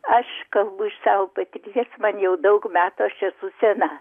aš kalbu iš savo patirties man jau daug metų aš esu sena